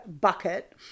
bucket